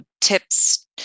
tips